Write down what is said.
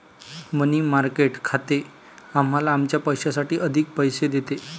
मनी market खाते आम्हाला आमच्या पैशासाठी अधिक पैसे देते